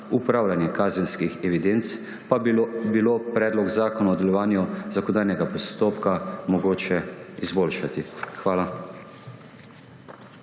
upravljanje kazenskih evidenc, pa bi bilo predlog zakona v nadaljevanju zakonodajnega postopka mogoče izboljšati. Hvala.